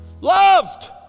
Loved